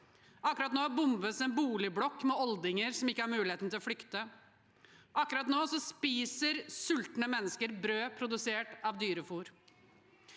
Akkurat nå bombes en boligblokk med oldinger som ikke har muligheten til å flykte. Akkurat nå spiser sultne mennesker brød produsert av dyrefôr.